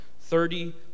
thirty